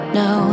no